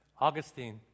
Augustine